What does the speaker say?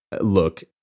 Look